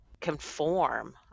conform